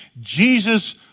Jesus